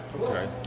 Okay